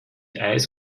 eis